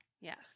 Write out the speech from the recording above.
Yes